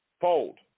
fold